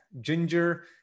Ginger